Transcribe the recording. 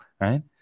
right